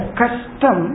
custom